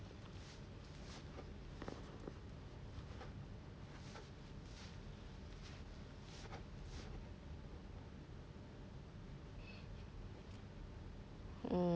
mm